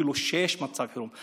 כאילו שיש מצב חירום.